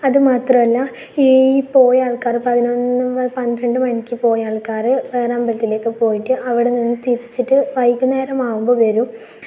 അതു മാത്രല്ല ഈ പോയ ആൾക്കാർ പറയുന്നത് നമ്മ പന്ത്രണ്ട് മണിക്ക് പോയ ആൾക്കാർ വേറെ അമ്പലത്തിലേക്ക് പോയിട്ട് അവിടെ നിന്ന് തിരിച്ചിട്ട് വൈകുന്നേരമാകുമ്പോൾ വരും